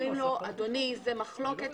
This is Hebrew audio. אומרים לו: זה במחלוקת,